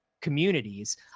communities